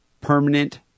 permanent